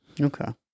okay